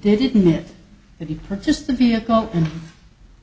didn't it that he purchased a vehicle and